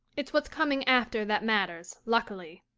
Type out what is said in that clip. it's what's coming after that matters luckily.